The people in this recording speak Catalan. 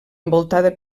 envoltada